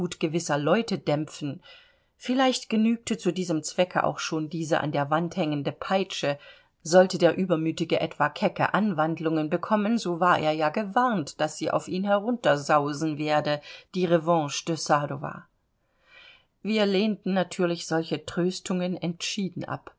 gewisser leute dämpfen vielleicht genügte zu diesem zwecke auch schon diese an der wand hängende peitsche sollte der übermütige etwa kecke anwandlungen bekommen so war er ja gewarnt daß sie auf ihn heruntersausen werde die revanche de sadowa wir lehnten natürlich solche tröstungen entschieden ab